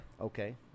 Okay